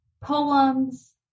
poems